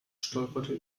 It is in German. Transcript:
stolperte